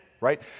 right